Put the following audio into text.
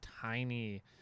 tiny